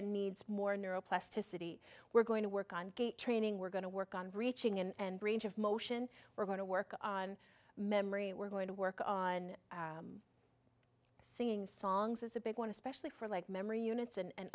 area needs more neural plasticity we're going to work on training we're going to work on reaching and range of motion we're going to work on memory we're going to work on singing songs as a big one especially for like memory units and a